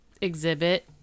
exhibit